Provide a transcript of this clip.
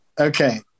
Okay